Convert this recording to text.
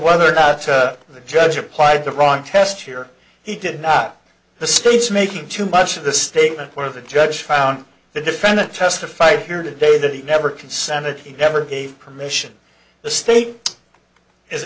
whether or not the judge applied the wrong test here he did not the state's making too much of the statement where the judge found the defendant testified here today that he never consented he never gave permission the state is